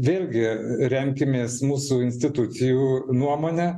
vėlgi remkimės mūsų institucijų nuomone